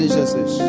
Jesus